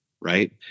Right